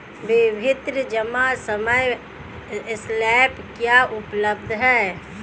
विभिन्न जमा समय स्लैब क्या उपलब्ध हैं?